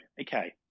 okay